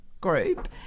group